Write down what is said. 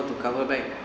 to cover back